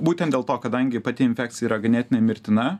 būtent dėl to kadangi pati infekcija yra ganėtinai mirtina